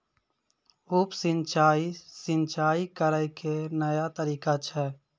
उप सिंचाई, सिंचाई करै के नया तरीका छै